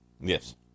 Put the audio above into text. Yes